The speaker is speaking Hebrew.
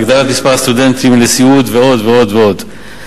הגדלת מספר הסטודנטים לסיעוד ועוד ועוד ועוד.